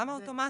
למה אוטומטית?